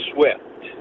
Swift